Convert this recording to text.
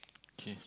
okay